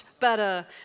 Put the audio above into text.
better